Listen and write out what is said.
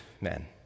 men